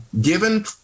given